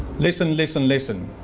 listen, listen, listen,